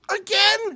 Again